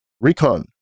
Recon